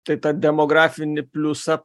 tai tą demografinį pliusą